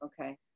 okay